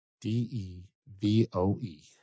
D-E-V-O-E